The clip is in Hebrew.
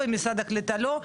ומשרד הקליטה לא,